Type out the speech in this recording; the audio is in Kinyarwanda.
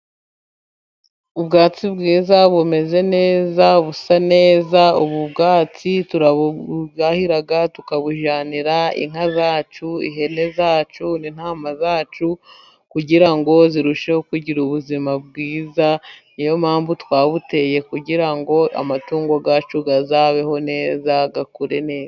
Ubwatsi bwiza bumeze neza busa neza, ubu ubwatsi turabwahira tukabujyanira inka zacu, ihene zacu, n'intama zacu kugira ngo zirusheho kugira ubuzima bwiza, ni yo mpamvu twabuteye kugira ngo amatungo yacu azabeho neza akure neza.